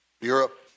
Europe